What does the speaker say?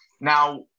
Now